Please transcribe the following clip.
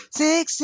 six